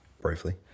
Briefly